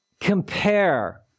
compare